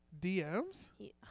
DMs